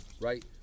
right